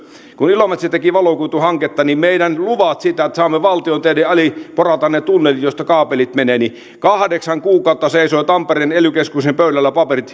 kun ilomantsi teki valokuituhanketta niin meidän luvat ne paperit siitä että saamme valtion teiden alitse porata ne tunnelit joista kaapelit menevät kahdeksan kuukautta seisoivat tampereen ely keskuksen pöydällä